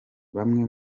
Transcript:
bamwe